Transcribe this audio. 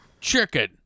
chicken